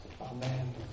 Amen